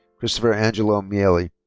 christopher angelo miele.